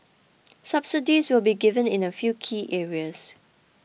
subsidies will be given in a few key areas